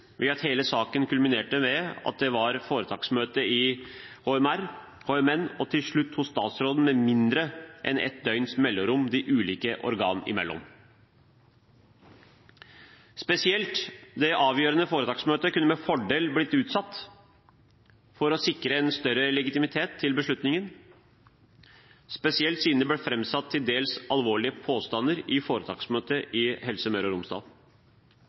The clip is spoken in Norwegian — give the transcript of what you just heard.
ved at hele saken kulminerte med at det var foretaksmøte i HMR, HMN og til slutt hos statsråden med mindre enn et døgns mellomrom de ulike organ imellom. Spesielt det avgjørende foretaksmøtet kunne med fordel blitt utsatt for å sikre en større legitimitet til beslutningen, spesielt siden det ble framsatt til dels alvorlige påstander i foretaksmøtet i Helse Møre og Romsdal.